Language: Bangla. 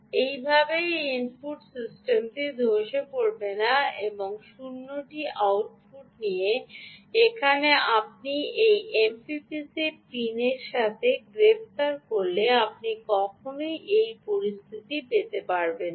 এইভাবে এই ইনপুট সিস্টেমটি ধসে পড়বে না এবং 0 টি আউটপুট নিয়ে এখানে আপনি এই এমপিপিসি পিনের সাথে গ্রেফতার করলে আপনি কখনই সেই পরিস্থিতি পেতে পারবেন না